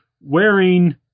wearing